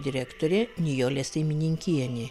direktorė nijolė saimininkienė